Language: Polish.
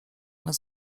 nas